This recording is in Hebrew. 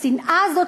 השנאה הזאת,